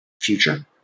future